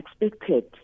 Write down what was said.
expected